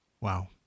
Wow